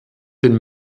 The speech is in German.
den